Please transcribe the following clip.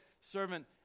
servant